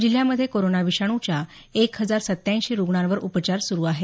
जिल्ह्यामधे कोरोना विषाणूच्या एक हजार सत्त्याऐंशी रुग्णांवर उपचार सुरू आहेत